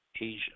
Asia